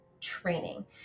training